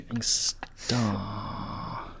Star